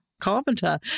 Carpenter